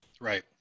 Right